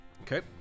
Okay